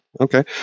Okay